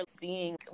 seeing